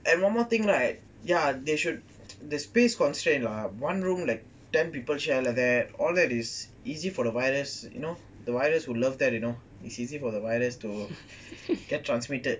and one more thing right ya they should the space constraint lah one room like ten people share like that all that is easy for the virus you know the virus will love that you know it's easy for the virus to get transmitted